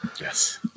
Yes